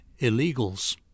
illegals